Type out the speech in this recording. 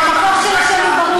המקור של השם הוא ברור.